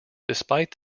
despite